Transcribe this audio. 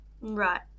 Right